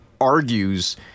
argues